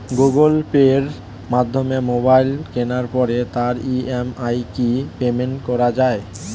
Google পের মাধ্যমে mobile কেনার পরে তার ই.এম.আই কি পেমেন্ট করা যায়?